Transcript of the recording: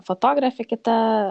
fotografė kita